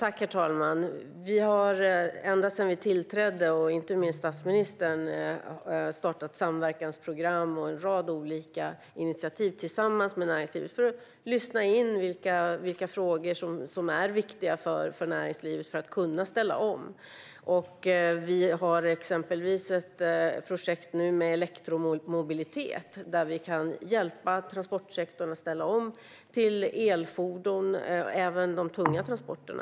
Herr talman! Inte minst statsministern har ända sedan vi tillträdde startat samverkansprogram och tagit en rad olika initiativ tillsammans med näringslivet för att lyssna in vilka frågor som är viktiga för att näringslivet ska kunna ställa om. Vi har exempelvis ett projekt med elektromobilitet där vi kan hjälpa transportsektorn - även de tunga transporterna - att ställa om till elfordon.